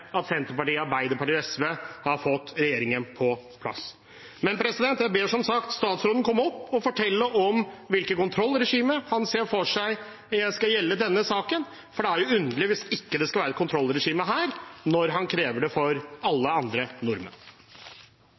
at Senterpartiet, Arbeiderpartiet og SV har fått regjeringen på plass. Jeg ber som sagt statsråden komme opp og fortelle om hvilket kontrollregime han ser for seg skal gjelde i denne saken. Det er underlig hvis det ikke skal være et kontrollregime her, når han krever det for alle andre nordmenn.